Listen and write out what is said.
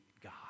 God